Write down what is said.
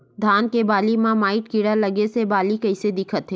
धान के बालि म माईट कीड़ा लगे से बालि कइसे दिखथे?